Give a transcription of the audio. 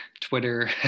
Twitter